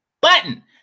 button